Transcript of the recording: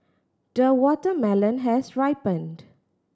the watermelon has ripened